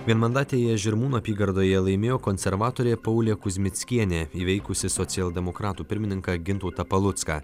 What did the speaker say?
vienmandatėje žirmūnų apygardoje laimėjo konservatorė paulė kuzmickienė įveikusi socialdemokratų pirmininką gintautą palucką